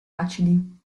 acidi